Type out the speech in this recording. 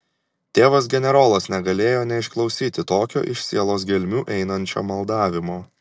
tėvas generolas negalėjo neišklausyti tokio iš sielos gelmių einančio maldavimo